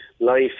life